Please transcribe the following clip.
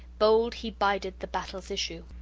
bold he bided the battle's issue.